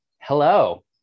Hello